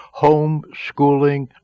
Homeschooling